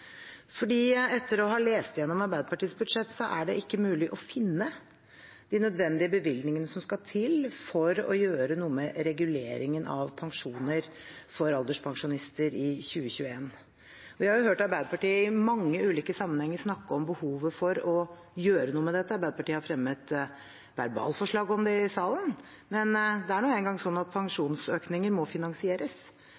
etter å ha lest igjennom Arbeiderpartiets budsjett er det ikke mulig å finne de nødvendige bevilgningene som skal til for å gjøre noe med reguleringen av pensjoner for alderspensjonister i 2021. Vi har jo hørt Arbeiderpartiet i mange ulike sammenhenger snakke om behovet for å gjøre noe med dette. Arbeiderpartiet har fremmet verbalforslag om det i salen, men det er nå engang sånn at